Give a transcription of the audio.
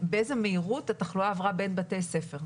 באיזו מהירות התחלואה עברה בין בתי ספר.